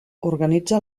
organitza